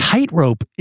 Tightrope